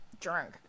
Drunk